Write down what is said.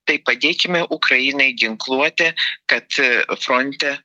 tai padėkime ukrainai ginkluote kad fronte